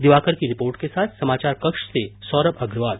दिवाकर की रिपोर्ट के साथ समाचार कक्ष से सौरम अग्रवाल